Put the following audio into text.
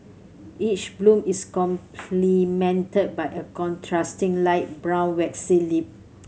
each bloom is complemented by a contrasting light brown waxy lip